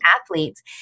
athletes